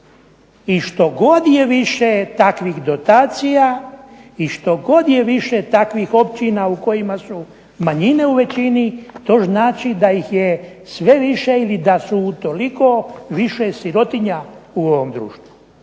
i što god je više takvih dotacija i što god je više takvih općina u kojima su manjine u većini, to znači da ih je sve više i da su u toliko više sirotinja u ovom društvu.